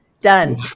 Done